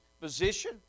position